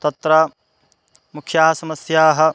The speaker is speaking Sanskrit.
तत्र मुख्याः समस्याः